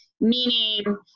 meaning